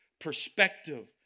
Perspective